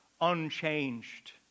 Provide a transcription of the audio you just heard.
unchanged